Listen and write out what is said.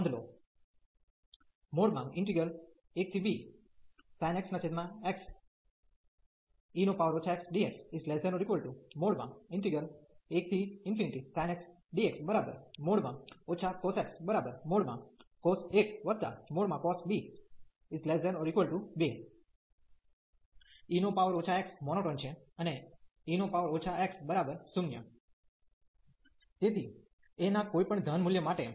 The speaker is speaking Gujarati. નોંધ લો કે 1bsin x xe x dx1sin x dx cos x cos 1 cos b ≤2 e x monotone છે અને e x 0 તેથી a ના કોઈપણ ધન મૂલ્ય માટે